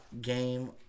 game